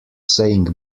saying